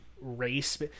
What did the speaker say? race